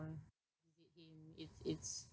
it's it's